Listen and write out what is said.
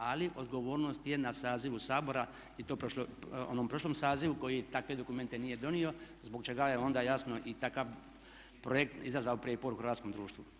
Ali odgovornost je na sazivu Sabora i to onom prošlom sazivu koji takve dokumente nije donio zbog čega je onda jasno i takav projekt izazvao prijepor u hrvatskom društvu.